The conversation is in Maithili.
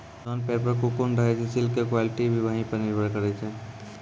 जोन पेड़ पर ककून रहै छे सिल्क के क्वालिटी भी वही पर निर्भर करै छै